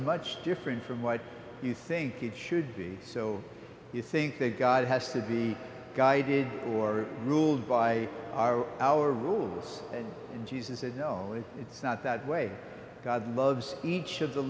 much different from what you think it should be so you think that god has to be guided or ruled by our rules and jesus said no it's not that way god loves each of the